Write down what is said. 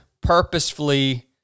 purposefully